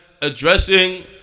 Addressing